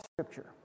Scripture